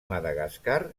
madagascar